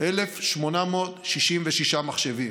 1,866 מחשבים,